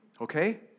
Okay